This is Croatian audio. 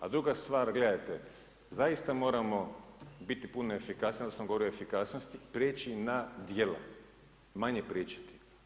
A druga stvar, gledajte, zaista moramo biti puno efikasniji, ja sam govorio o efikasnosti, prijeći na dijela, manje pričati.